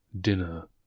Dinner